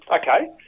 Okay